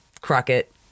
Crockett